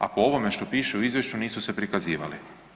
A po ovome što piše u izvješću nisu se prikazivali.